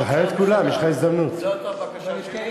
זו הייתה הבקשה שלי.